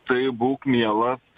tai būk mielas